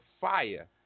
fire